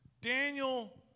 Daniel